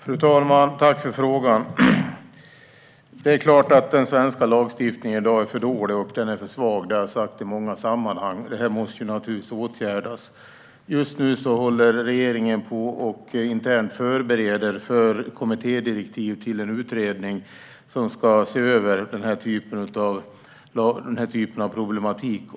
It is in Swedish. Fru talman! Tack för frågan, Kalle Olsson! Det är klart att den svenska lagstiftningen i dag är för dålig och för svag. Det har jag sagt i många sammanhang. Det här måste naturligtvis åtgärdas. Just nu håller regeringen på att förbereda internt ett kommittédirektiv till en utredning som ska se över den här typen av problematik.